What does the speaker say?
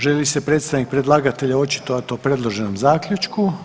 Želi li se predstavnik predlagatelja očitovati o predloženom zaključku.